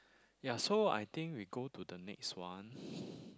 ya so I think we go to the next one